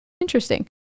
Interesting